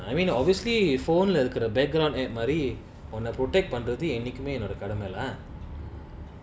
I mean obviously phone lah இருக்குற:irukura background at மாதிரி:madhiri protect பண்றதுஎன்னைக்குமேஎன்கடமைல:panrathu ennaikume en kadamaila